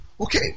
Okay